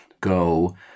go